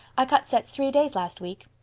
i cut sets three days last week.